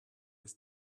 his